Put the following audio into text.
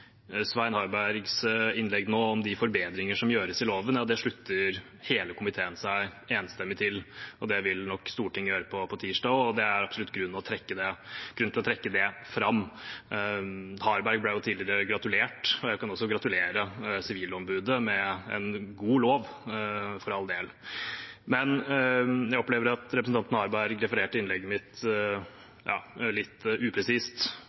Svein Harbergs innlegg nå om de forbedringer som gjøres i loven, slutter hele komiteen seg enstemmig til. Det vil nok også Stortinget gjøre på tirsdag, og det er absolutt grunn til å trekke det fram. Harberg ble jo tidligere gratulert, og jeg kan også gratulere Sivilombudet med en god lov – for all del. Men jeg opplever at representanten Harberg refererte innlegget mitt litt upresist,